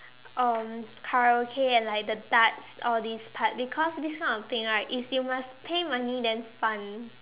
um Karaoke and like the darts all this part because this kind of thing right is you must pay money then fun